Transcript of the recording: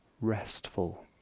Restful